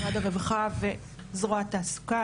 משרד הרווחה וזרוע התעסוקה.